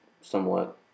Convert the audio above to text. somewhat